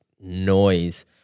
noise